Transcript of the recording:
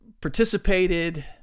participated